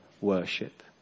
worship